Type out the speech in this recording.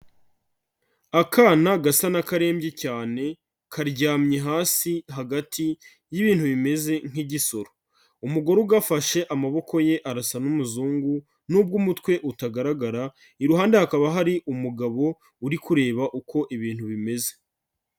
Akana gasa n'akarembye cyane, karyamye hasi hagati y'ibintu bimeze nk'igisoro, umugore ugafashe amaboko ye arasa n'umuzungu nubwo umutwe utagaragara, iruhande hakaba hari umugabo uri kureba uko ibintu bimeze.